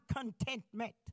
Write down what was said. contentment